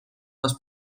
dos